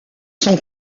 sont